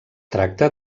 tracta